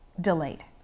delayed